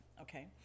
okay